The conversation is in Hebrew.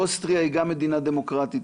אוסטריה היא גם מדינה דמוקרטית,